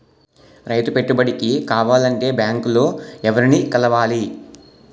రైతు పెట్టుబడికి కావాలంటే బ్యాంక్ లో ఎవరిని కలవాలి?